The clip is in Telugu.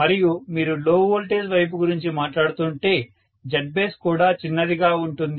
మరియు మీరు లో వోల్టేజ్ వైపు గురించి మాట్లాడుతుంటే Zbase కూడా చిన్నదిగా ఉంటుంది